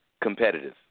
competitive